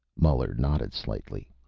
muller nodded slightly.